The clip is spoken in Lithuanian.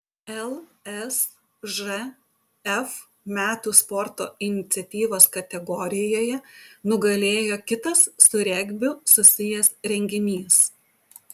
lsžf metų sporto iniciatyvos kategorijoje nugalėjo kitas su regbiu susijęs renginys